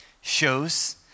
shows